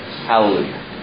Hallelujah